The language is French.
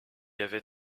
avait